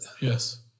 Yes